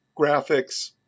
graphics